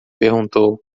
perguntou